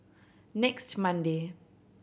next Monday